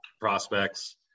prospects